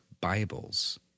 Bibles